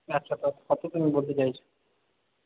আচ্ছা কত কত তুমি বলতে চাইছ